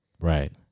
Right